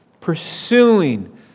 pursuing